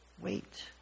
Wait